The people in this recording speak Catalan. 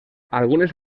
algunes